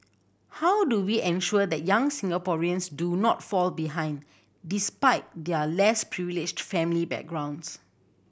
how do we ensure that young Singaporeans do not fall behind despite their less privileged family backgrounds